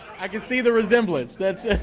i can see the resemblance. that's